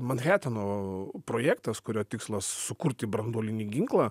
manhatano projektas kurio tikslas sukurti branduolinį ginklą